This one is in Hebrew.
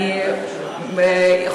אני מתנצלת.